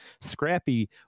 scrappy